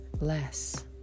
less